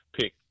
pick